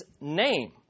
name